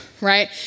right